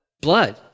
blood